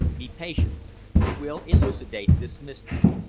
be patient we will elucidate this mystery,